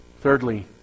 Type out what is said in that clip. Thirdly